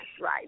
right